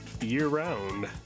year-round